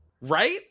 Right